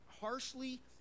harshly